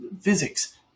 physics